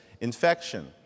infection